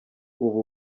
ubu